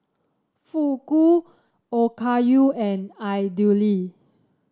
Fugu Okayu and Idili